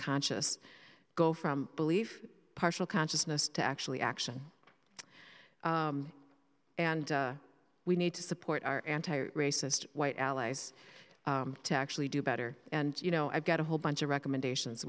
conscious go from belief partial consciousness to actually action and we need to support our anti racist white allies to actually do better and you know i've got a whole bunch of recommendations